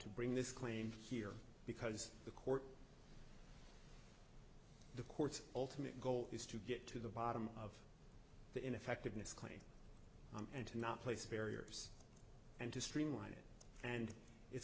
to bring this claim here because the court the court's ultimate goal is to get to the bottom of the ineffectiveness and to not place barriers and to streamline it and it's